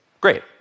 great